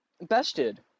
bested